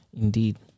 Indeed